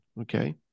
Okay